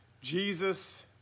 Jesus